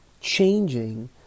changing